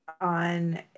on